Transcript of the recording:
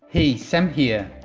hey, sam here.